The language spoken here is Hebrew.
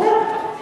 ברור.